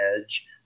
edge